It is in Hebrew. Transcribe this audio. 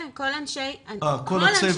כן, כל אנשי המקצוע,